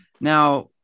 Now